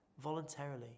voluntarily